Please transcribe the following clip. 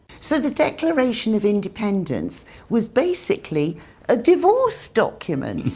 so the declaration of independence was basically a divorce document.